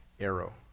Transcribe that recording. arrow